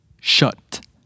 shut